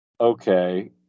Okay